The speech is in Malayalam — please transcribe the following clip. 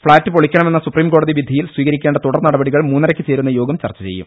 ഫ്ളാറ്റ് പൊളി ക്കണമെന്ന സുപ്രീം കോടതി വിധിയിൽ സ്വീകരിക്കേണ്ട തുടർ നടപടികൾ മൂന്നരക്ക് ചേരുന്ന യോഗം ചർച്ച ചെയ്യും